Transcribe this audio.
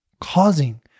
causing